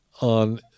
on